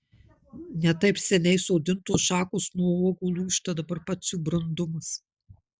ne taip seniai sodintos šakos nuo uogų lūžta dabar pats jų brandumas